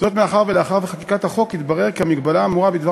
זאת מאחר שלאחר חקיקת החוק התברר כי המגבלה האמורה בדבר